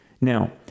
Now